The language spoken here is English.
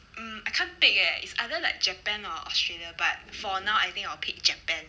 hmm I can't pick leh it's either like japan or australia but for now I think I'll pick japan